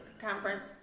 conference